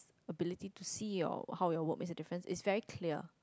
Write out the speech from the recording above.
ability to see your how your work makes a difference is very clear